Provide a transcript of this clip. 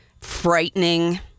frightening